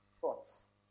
thoughts